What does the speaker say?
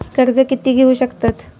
कर्ज कीती घेऊ शकतत?